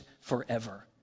forever